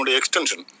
extension